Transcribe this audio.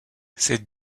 ces